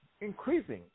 increasing